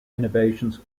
innovations